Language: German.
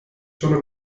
schon